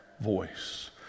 voice